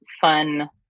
fun